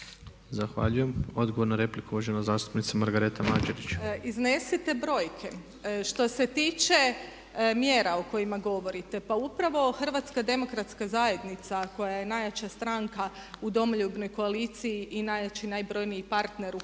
Zahvaljujem. Odgovor na repliku uvažena zastupnica Margareta Mađerić. **Mađerić, Margareta (HDZ)** Iznesite brojke. Što se tiče mjera o kojima govorite, pa upravo HDZ koja je najjača stranka u Domoljubnoj koaliciji i najjači i najbrojniji partner u hrvatskoj